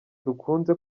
dukunze